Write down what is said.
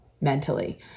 mentally